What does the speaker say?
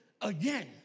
again